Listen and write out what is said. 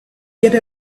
get